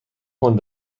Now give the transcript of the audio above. پوند